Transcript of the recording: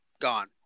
gone